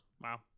Wow